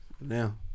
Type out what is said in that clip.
now